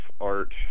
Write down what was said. art